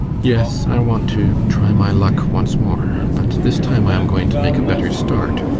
yes, i want to try my luck once more, but this time i am going to make a better start,